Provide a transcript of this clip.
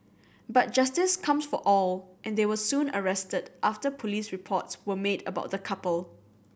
but justice comes for all and they were soon arrested after police reports were made about the couple